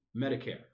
Medicare